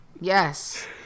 Yes